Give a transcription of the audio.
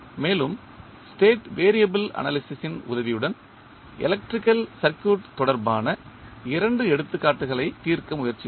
மேலும் state variable analysis ன் உதவியுடன் எலக்ட்ரிக்கல் சர்க்யூட் தொடர்பான இரண்டு எடுத்துக்காட்டுகளை தீர்க்க முயற்சித்தோம்